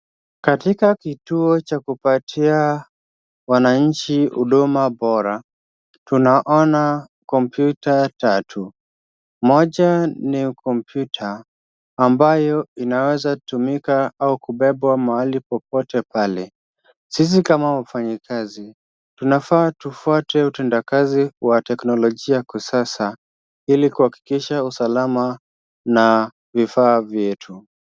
Katika kituo cha kupatia wananchi huduma bora, tunaona kompyuta tatu, moja ni kompyuta ambayo inaweza tumika au kubebwa mahali popote pale, sisi kama wafanyikazi tunafaa tufuate utendakazi wa teknolojia kwa kisasa ili kuhakikisha usalama na vifaa vyetu.